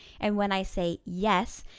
and when i say yes,